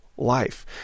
life